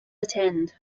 attend